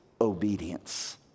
obedience